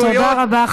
תודה רבה,